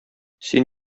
син